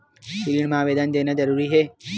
ऋण मा आवेदन देना जरूरी हे?